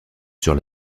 sur